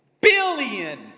billion